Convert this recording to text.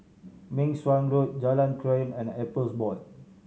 Meng Suan Road Jalan Krian and Appeals Board